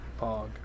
Bog